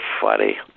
funny